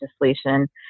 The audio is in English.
legislation